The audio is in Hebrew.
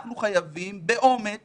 אנחנו חייבים באומץ